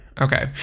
Okay